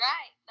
Right